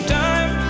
time